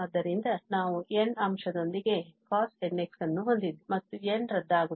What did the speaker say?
ಆದ್ದರಿಂದ ನಾವು n ಅಂಶದೊಂದಿಗೆ cosnx ಅನ್ನು ಹೊಂದಿದ್ದೇವೆ ಮತ್ತು n ರದ್ದಾಗುತ್ತದೆ